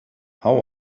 how